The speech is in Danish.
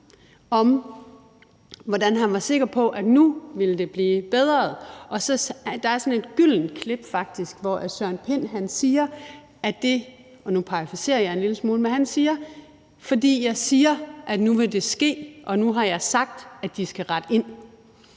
om, hvordan han var sikker på, at det nu ville blive bedre. Der er faktisk sådan et gyldent klip, hvor Søren Pind siger, og nu parafraserer jeg en lille smule: Fordi jeg siger, at nu vil det ske, og nu har jeg sagt, at de skal rette ind.